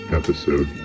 episode